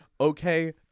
Okay